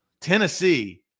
Tennessee –